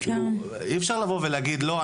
אי אפשר להגיד: לא,